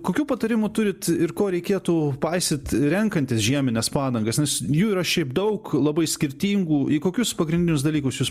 kokių patarimų turit ir ko reikėtų paisyt renkantis žiemines padangas nes jų yra šiaip daug labai skirtingų į kokius pagrindinius dalykus jūs